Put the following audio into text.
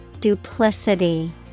Duplicity